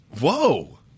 Whoa